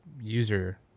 user